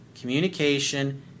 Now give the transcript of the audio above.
communication